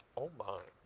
oh, my!